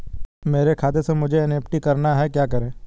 मेरे खाते से मुझे एन.ई.एफ.टी करना है क्या करें?